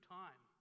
time